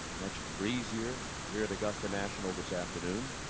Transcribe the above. much breezier here at augusta national this afternoon.